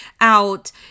out